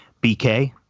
BK